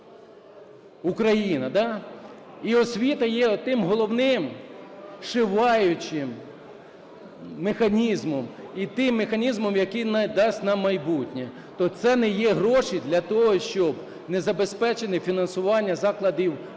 - да? - і освіта є отим головним зшиваючим механізмом і тим механізмом, який надасть на майбутнє, то це не є гроші для того, щоб не забезпечене фінансування закладів фахової